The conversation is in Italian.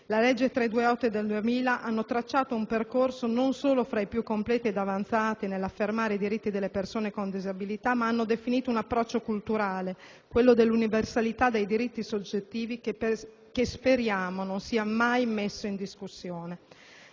n. 328 del 2000 hanno tracciato un percorso non solo tra i più completi ed avanzati nell'affermare i diritti delle persone con disabilità, ma hanno definito un approccio culturale, quello della universalità dei diritti, che ci si augura non sia mai messo in discussione.